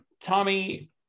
Tommy